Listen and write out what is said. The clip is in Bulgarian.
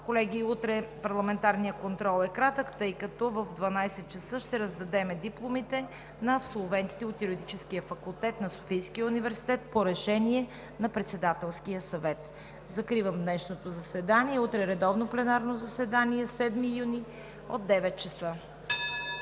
Колеги, утре парламентарният контрол е кратък, тъй като в 12,00 ч. ще раздадем дипломите на абсолвентите от Юридическия факултет на Софийския университет по решение на Председателския съвет. Утре, 7 юни 2019 г. – редовно пленарно заседание от 9,00 ч.